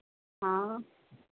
हाँ